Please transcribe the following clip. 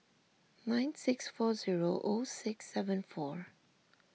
nine six four zero O six seven four